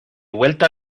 vuelta